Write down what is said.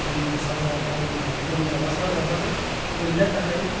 लोमजा साजा जागोन होननानै लोमजाबा साजाबाथ' गोलैना थाखायो